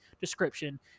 description